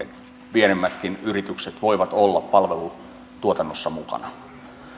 pienemmätkin yritykset voivat olla palvelutuotannossa mukana